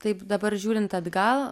taip dabar žiūrint atgal